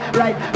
right